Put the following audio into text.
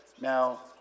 Now